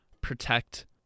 protect